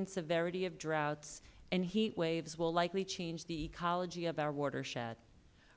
and severity of droughts and heat waves will likely change the ecology of our watershed